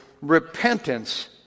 repentance